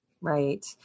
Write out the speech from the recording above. Right